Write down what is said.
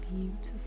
beautiful